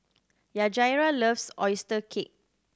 Yajaira loves oyster cake